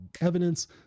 evidence